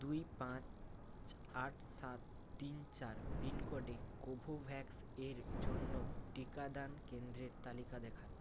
দুই পাঁচ আট সাত তিন চার পিনকোডে কোভোভ্যাক্স এর জন্য টিকাদান কেন্দ্রের তালিকা দেখান